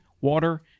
water